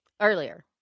Earlier